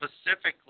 specifically